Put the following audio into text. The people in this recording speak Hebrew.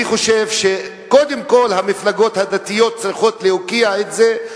אני חושב שקודם כול המפלגות הדתיות צריכות להוקיע את זה.